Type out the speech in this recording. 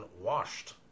washed